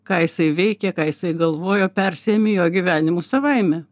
ką jisai veikė ką jisai galvojo persiimi jo gyvenimu savaime